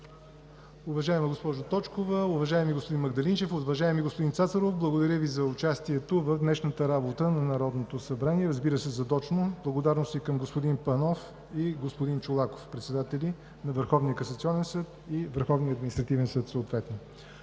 Уважаема госпожо Точкова, уважаеми господин Магдалинчев, уважаеми господин Цацаров, благодаря Ви за участието в днешната работа на Народното събрание. Разбира се, задочно благодарности към господин Панов и господин Чолаков – председатели на Върховния касационен съд и Върховния административен съд. Уважаеми